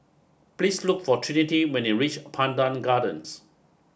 please look for Trinity when you reach Pandan Gardens